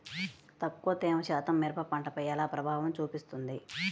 తక్కువ తేమ శాతం మిరప పంటపై ఎలా ప్రభావం చూపిస్తుంది?